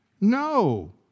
No